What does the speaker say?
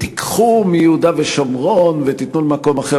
תיקחו מיהודה ושומרון ותיתנו למקום אחר.